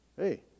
hey